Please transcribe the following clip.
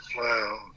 Wow